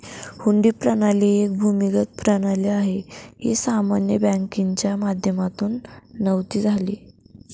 हुंडी प्रणाली एक भूमिगत प्रणाली आहे, ही सामान्य बँकिंगच्या माध्यमातून नव्हती झाली